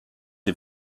des